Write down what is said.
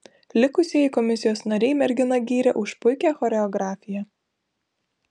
likusieji komisijos nariai merginą gyrė už puikią choreografiją